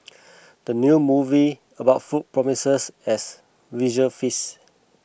the new movie about food promises as visual feast